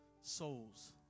Souls